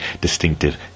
distinctive